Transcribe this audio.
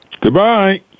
Goodbye